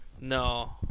No